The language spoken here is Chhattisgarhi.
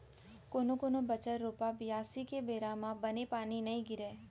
कोनो कोनो बछर रोपा, बियारी के बेरा म बने पानी नइ गिरय